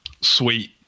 Sweet